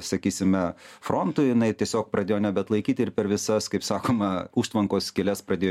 sakysime frontu jinai tiesiog pradėjo nebeatlaikyt ir per visas sakoma užtvankos skyles pradėjo